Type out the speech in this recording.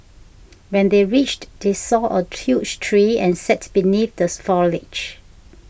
when they reached they saw a huge tree and sat beneath the foliage